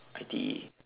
I_T_E